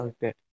Okay